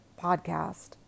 podcast